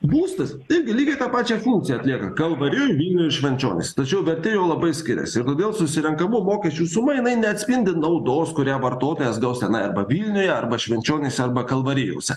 būstas lygiai tą pačią funkciją atlieka kalvarijoj vilniuj ir švenčionyse tačiau vertė jo labai skiriasi ir todėl susirenkamų mokesčių suma jinai neatspindi naudos kurią vartotojas gaus tenai arba vilniuj arba švenčionyse arba kalvarijose